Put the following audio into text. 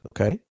okay